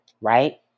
right